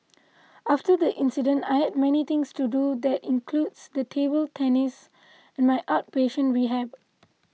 after the accident I have many things to do and that includes table tennis and my outpatient rehab